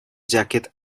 jacket